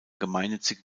gemeinnützige